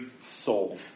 soul